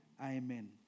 Amen